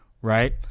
right